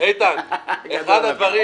אחד הדברים,